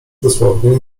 dosłownie